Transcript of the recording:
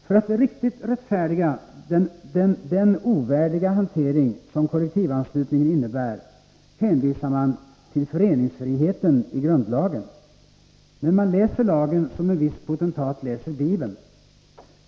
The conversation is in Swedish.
För att riktigt rättfärdiga den ovärdiga hantering som kollektivanslutningen innebär, hänvisar man till föreningsfriheten i grundlagen. Men man läser lagen som en viss potentat läser Bibeln.